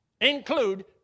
include